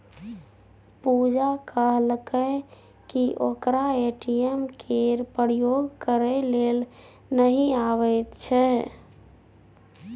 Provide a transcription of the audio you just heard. पुजा कहलकै कि ओकरा ए.टी.एम केर प्रयोग करय लेल नहि अबैत छै